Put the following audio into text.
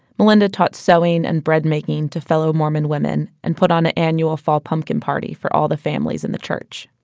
and taught sewing and bread making to fellow mormon women and put on an annual fall pumpkin party for all the families in the church